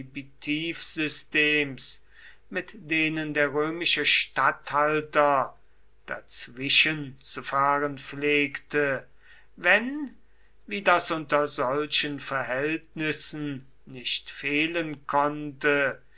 prohibitivsystems mit denen der römische statthalter dazwischenzufahren pflegte wenn wie das unter solchen verhältnissen nicht fehlen konnte